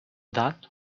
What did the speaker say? that